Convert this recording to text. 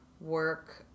work